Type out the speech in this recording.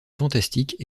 fantastiques